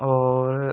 और